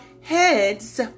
heads